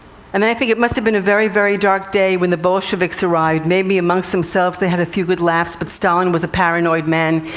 and i think it must have been a very, very dark day when the bolsheviks arrived. maybe amongst themselves they had a few good laughs, but stalin was a paranoid man,